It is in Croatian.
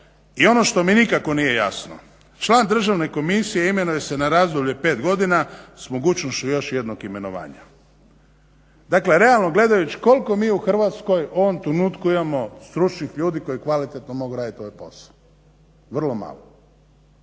I ono što mi nikako nije jasno članak državne komisije imenuje se na razdoblje pet godina s mogućnošću još jednog imenovanja. Dakle realno gledajući koliko mi u Hrvatskoj u ovom trenutku imamo stručnih ljudi koji kvalitetno mogu raditi ovaj posao? Vrlo malo.